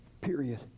period